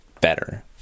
better